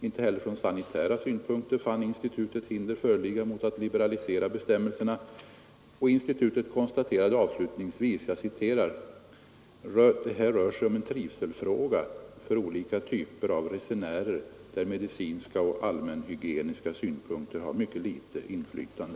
Inte heller från sanitära synpunkter fann Nr 35 institutet hinder föreligga mot att liberalisera bestämmelserna. Institutet Fredagen den konstaterade avslutningsvis att det här ”rör sig om en trivselfråga för 2 mars 1973 olika typer av resenärer, där medicinska och allmänhygieniska synpunk Ana reslerna för. ter har mycket litet inflytande”.